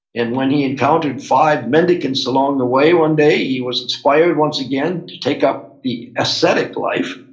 and when he encountered five mendicants along the way one day, he was inspire once again to take up the aesthetic life